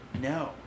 no